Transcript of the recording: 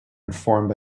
informed